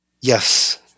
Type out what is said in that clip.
Yes